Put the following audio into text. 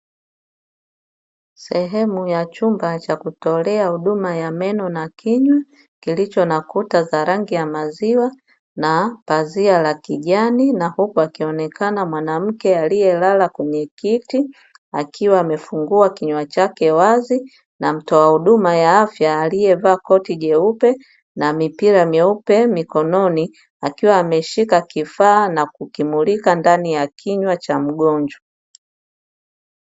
Sehemu ya chumba cha kutolea huduma ya meno na kinywa kilichonikuta za rangi ya maziwa na pazia la kijani, na huku akionekana mwanamke aliyelala kwenye kiti akiwa amefungua kinywa chake wazi, na mtoa huduma ya afya aliyevaa koti jeupe na mipira meupe mikononi akiwa ameshika kifaa na kukimulika ndani ya kinywa cha mgonjwa.